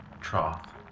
trough